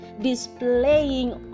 Displaying